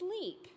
sleep